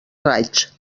raig